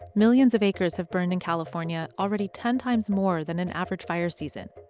millions of acres have burned in california, already ten times more than an average fire season.